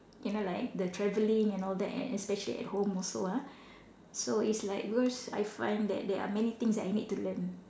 you know like the travelling and all that and especially at home also ah so it's like because I find that there are many things that I need to learn